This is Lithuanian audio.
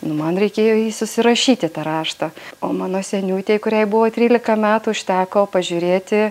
nu man reikėjo jį susirašyti tą raštą o mano seniūtei kuriai buvo trylika metų užteko pažiūrėti